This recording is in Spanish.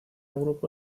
grupo